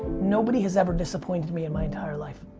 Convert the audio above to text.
nobody has ever disappointed me in my entire life.